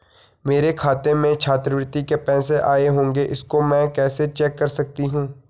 मेरे खाते में छात्रवृत्ति के पैसे आए होंगे इसको मैं कैसे चेक कर सकती हूँ?